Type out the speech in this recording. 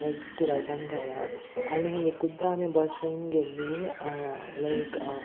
लायक स्कुलाच्यान घरा आनी एकूद्दा आमी बसीन गेल्ली लायक